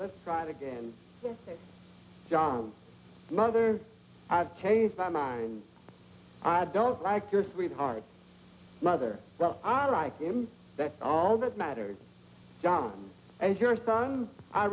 that's right again john mother i've changed my mind i don't like your sweetheart mother but i like him that's all that matters john as your son i